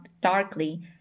darkly